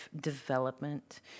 development